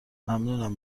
ممنونم